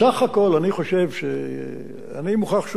בסך הכול אני חושב אני מוכרח,